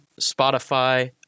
Spotify